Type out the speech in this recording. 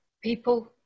People